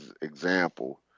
example